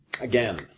again